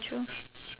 true